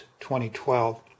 2012